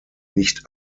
nicht